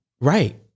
Right